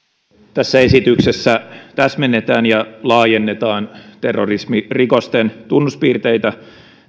tässä esityksessä täsmennetään ja laajennetaan terrorismirikosten tunnuspiirteitä